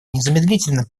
незамедлительно